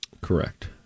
Correct